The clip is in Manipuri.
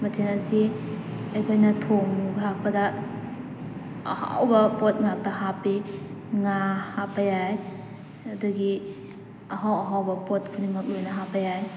ꯃꯊꯦꯜ ꯑꯁꯤ ꯑꯩꯈꯣꯏꯅ ꯊꯣꯡ ꯊꯥꯛꯄꯗ ꯑꯍꯥꯎꯕ ꯄꯣꯠ ꯉꯥꯛꯇ ꯍꯥꯞꯄꯤ ꯉꯥ ꯍꯥꯞꯄ ꯌꯥꯏ ꯑꯗꯒꯤ ꯑꯍꯥꯎ ꯑꯍꯥꯎꯕ ꯄꯣꯠ ꯈꯨꯗꯤꯡꯃꯛ ꯂꯣꯏꯅ ꯍꯥꯞꯄ ꯌꯥꯏ